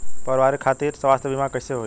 परिवार खातिर स्वास्थ्य बीमा कैसे होई?